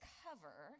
cover